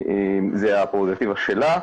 זה הפררוגטיבה שלה.